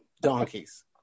donkeys